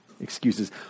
excuses